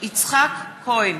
יצחק כהן,